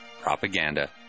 Propaganda